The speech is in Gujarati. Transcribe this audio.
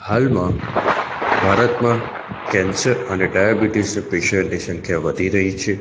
હાલમાં ભારતમાં કૅન્સર અને ડાયબીટિઝનાં પેશન્ટની સંખ્યા વધી રહી છે